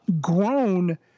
grown